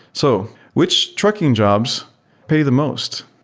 so which trucking jobs pay the most?